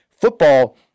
Football